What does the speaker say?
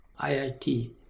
IIT